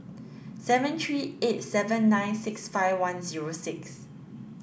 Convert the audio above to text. seven three eight seven nine six five one zero six